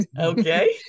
Okay